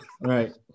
right